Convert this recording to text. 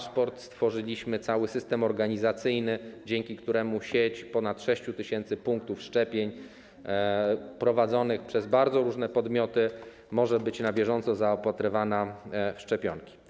Stworzyliśmy cały system organizacyjny, dzięki któremu sieć ponad 6 tys. punktów szczepień prowadzonych przez bardzo różne podmioty może być na bieżąco zaopatrywana w szczepionki.